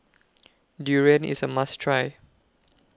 Durian IS A must Try